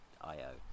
io